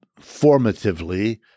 formatively